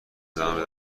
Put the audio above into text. ادامه